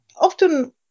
often